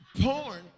Porn